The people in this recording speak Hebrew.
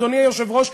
אדוני היושב-ראש,